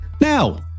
Now